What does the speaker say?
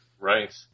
Right